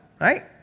right